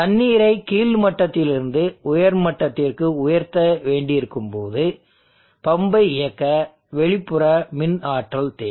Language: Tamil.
தண்ணீரை கீழ் மட்டத்திலிருந்து உயர் மட்டத்திற்கு உயர்த்த வேண்டியிருக்கும் போது பம்பை இயக்க வெளிப்புற மின் ஆற்றல் தேவை